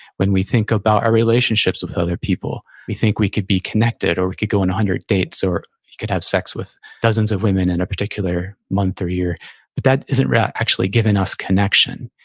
when we think about our relationships with other people, we think we could be connected, or we could go on a hundred dates, or we could have sex with dozens of women in a particular month or year, but that isn't yeah actually giving us connection.